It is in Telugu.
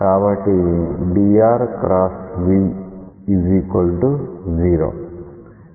కాబట్టి dr v 0